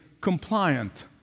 compliant